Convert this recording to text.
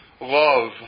love